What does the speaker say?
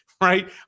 right